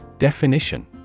Definition